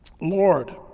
Lord